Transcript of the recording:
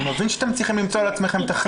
אני מבין שאתם צריכים למצוא לעצמכם תכלית.